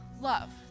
love